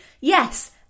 yes